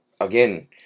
again